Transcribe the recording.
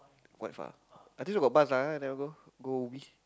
what far I did got bus lah never go go Ubi